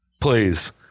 please